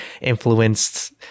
influenced